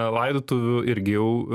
laidotuvių irgi jau